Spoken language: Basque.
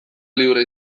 libre